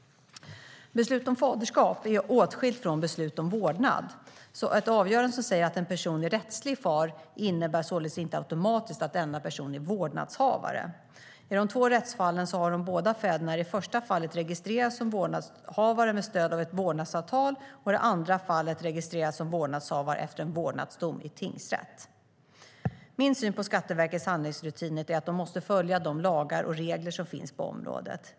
Beslut om faderskap är åtskilt från beslut om vårdnad. Ett avgörande som säger att en person är rättslig far innebär således inte automatiskt att denna person också är vårdnadshavare. I de två rättsfallen har de båda fäderna i det första fallet registrerats som vårdnadshavare med stöd av ett vårdnadsavtal och i det andra fallet registrerats som vårdnadshavare efter en vårdnadsdom i tingsrätt. Min syn på Skatteverkets handläggningsrutiner är att de måste följa de lagar och regler som finns på området.